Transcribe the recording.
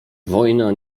wojna